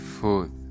food